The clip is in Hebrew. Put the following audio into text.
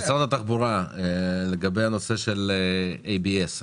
משרד התחבורה לגבי הנושא של ABS,